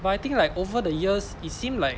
but I think like over the years it seemed like